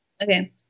okay